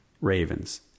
Ravens